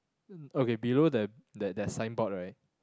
okay below that that that signboard right